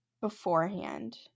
beforehand